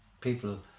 people